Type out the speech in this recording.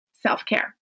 self-care